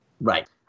Right